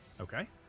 Okay